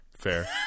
Fair